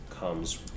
comes